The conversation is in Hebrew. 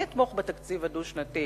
אני אתמוך בתקציב הדו-שנתי,